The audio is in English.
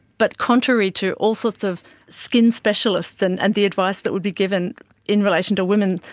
but contrary to all sorts of skin specialists and and the advice that would be given in relation to women,